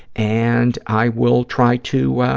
and i will try to